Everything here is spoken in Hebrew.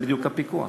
זה בדיוק הפיקוח.